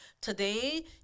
today